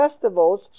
festivals